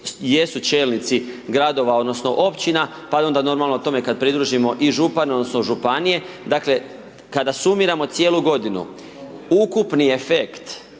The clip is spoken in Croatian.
jesu čelnici gradova odnosno općina, pa onda i normalno tome kad pridružio i župane odnosno županije dakle, kada sumiramo cijelu godinu ukupni efekt